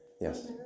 Yes